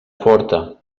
forta